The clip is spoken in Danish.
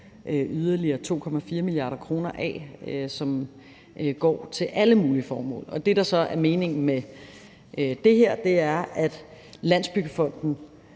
yderligere 2,4 mia. kr. af, som går til alle mulige formål, og det, der så er meningen med det her, er, at Landsbyggefonden